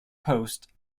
post